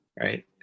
right